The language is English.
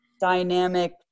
dynamic